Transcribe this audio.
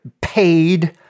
paid